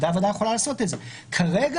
בוודאי שהוועדה יכולה לעשות את זה, אבל כרגע